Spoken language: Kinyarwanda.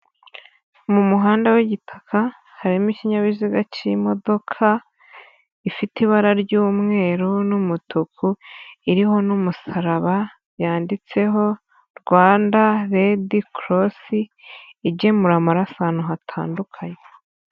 Mu muhanda w'igitaka harimo ikinyabiziga cy'imodoka ifite ibara ry'umweru n'umutuku iriho n'umusaraba, yanditseho (Rwanda red cross) igemura amaraso ahantu hatandukanye.